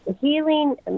healing